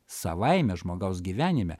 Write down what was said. savaime žmogaus gyvenime